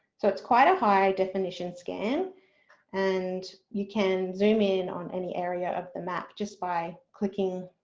so it's quite a high definition scan and you can zoom in on any area of the map just by clicking